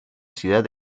ciudad